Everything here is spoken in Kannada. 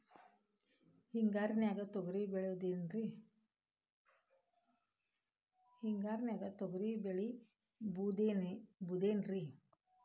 ಹಿಂಗಾರಿನ್ಯಾಗ ತೊಗ್ರಿ ಬೆಳಿಬೊದೇನ್ರೇ?